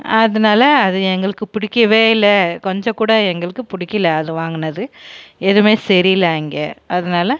அதனால அது எங்களுக்கு பிடிக்கவே இல்லை கொஞ்ச கூட எங்களுக்கு பிடிக்கல அது வாங்குனது எதுவுமே சரில்ல அங்கே அதனால